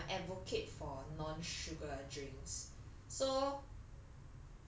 err I'm a advocate for non-sugar drinks so